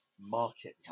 market